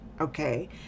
Okay